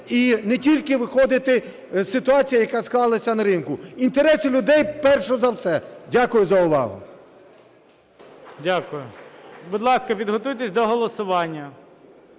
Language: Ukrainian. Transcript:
і не тільки виходити із ситуації, яка склалася на ринку. Інтереси людей – перш за все. Дякую за увагу. ГОЛОВУЮЧИЙ. Дякую. Будь ласка, підготуйтесь до голосування.